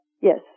Yes